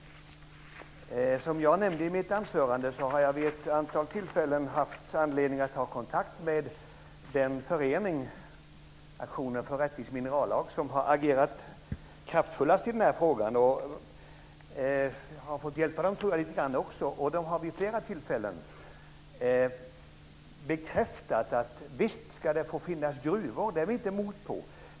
Som jag nämnde i mitt anförande har jag vid ett antal tillfällen haft anledning att ta kontakt med den förening, Aktionen för rättvis minerallag, som har agerat kraftfullast i den här frågan. Jag har fått hjälpa dem lite. De har vid flera tillfällen bekräftat att det visst får finnas gruvor, det är man inte mot.